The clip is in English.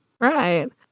Right